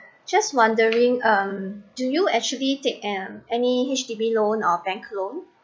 just wondering um do you actually take uh any H_D_B loan or a bank loan